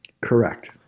Correct